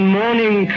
morning